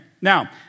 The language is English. Now